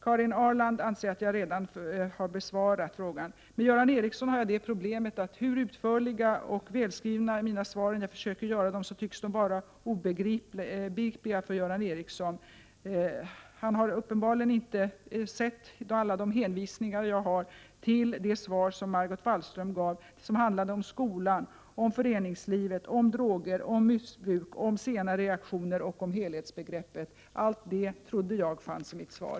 Karin Ahrlands fråga anser jag att jag redan har besvarat. När det gäller Göran Ericsson har jag det problemet att hur utförliga och välskrivna jag än försöker göra mina svar, så tycks de vara obegripliga för Göran Ericsson. Han har uppenbarligen inte sett alla de hänvisningar jag gjort till det svar som Margot Wallström gav och som handlade om skolan, föreningslivet, droger, missbruk, sena reaktioner och helhetsbegreppet. Allt det trodde jag fanns i mitt svar.